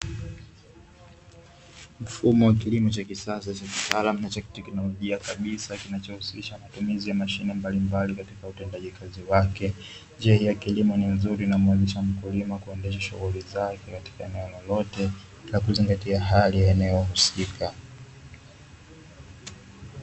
Mfumo wa kilimo cha kisasa cha kitaalamu na cha kiteknolojia kabisa; kinachohusisha matumizi ya mashine mbalimbali katika utendaji kazi wake. Njia hii ya kilimo ni nzuri inamwezesha mkulima kuendesha shughuli zake katika eneo lolote na kuzingatia hali ya eneo husika.